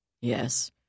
Yes